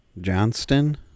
johnston